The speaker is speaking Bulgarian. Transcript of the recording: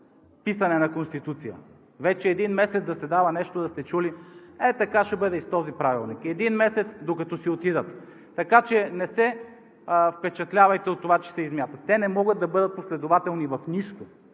писане на Конституция? Вече един месец заседава, нещо да сте чули? Ей така ще бъде и с този правилник. Един месец, докато си отидат, така че не се впечатлявайте от това, че се измятат. Те не могат да бъдат последователни в нищо,